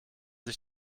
sich